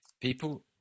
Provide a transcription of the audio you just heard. People